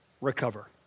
recover